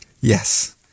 Yes